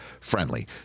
friendly